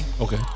Okay